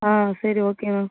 ஆ சரி okay ma'am